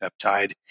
peptide